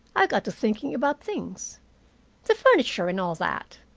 i got to thinking about things the furniture and all that,